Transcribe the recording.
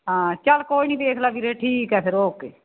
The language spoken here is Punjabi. ਹਾਂ ਚੱਲ ਕੋਈ ਨਹੀਂ ਵੇਖ ਲਾ ਵੀਰੇ ਠੀਕ ਆ ਫਿਰ ਓਕੇ